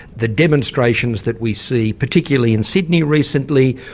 the demonstrations that we see, particularly in sydney recently,